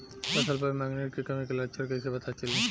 फसल पर मैगनीज के कमी के लक्षण कइसे पता चली?